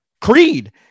Creed